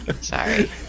Sorry